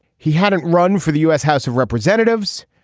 he hadn't run for the u s. house of representatives.